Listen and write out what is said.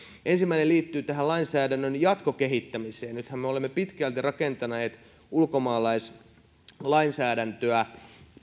ensimmäinen liittyy lainsäädännön jatkokehittämiseen nythän me olemme pitkälti rakentaneet ulkomaalaislainsäädäntöä